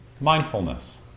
mindfulness